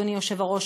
אדוני היושב-ראש,